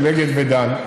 של אגד ודן,